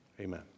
amen